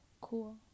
cool